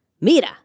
Mira